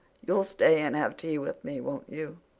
you'll stay and have tea with me, won't you?